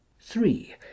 three